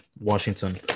Washington